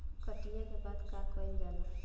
कटिया के बाद का कइल जाला?